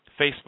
facebook